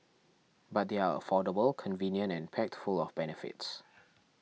but they are affordable convenient and packed full of benefits